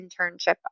internship